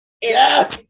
Yes